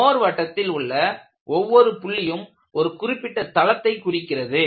மோர் வட்டத்தில் உள்ள ஒவ்வொரு புள்ளியும் ஒரு குறிப்பிட்ட தளத்தை குறிக்கிறது